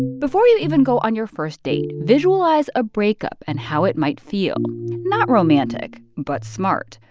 before you even go on your first date, visualize a breakup and how it might feel not romantic, but smart.